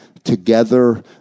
Together